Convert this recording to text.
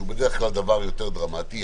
שהוא בדרך כלל דבר יותר דרמטי,